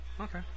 Okay